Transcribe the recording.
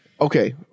Okay